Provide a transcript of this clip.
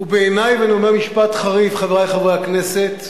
ובעיני, ואני אומר משפט חריף, חברי חברי הכנסת: